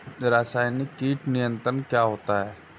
रसायनिक कीट नियंत्रण क्या होता है?